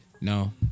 No